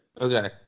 Okay